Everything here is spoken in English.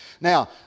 Now